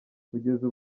kugeza